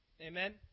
Amen